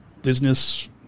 business